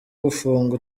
gufunga